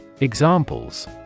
Examples